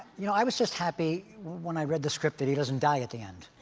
you know i was just happy when i read the script that he doesn't die at the end.